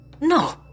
No